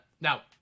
Now